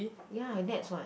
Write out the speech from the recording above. ya nets what